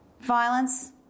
Violence